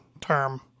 term